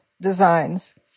designs